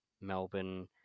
Melbourne